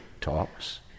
talks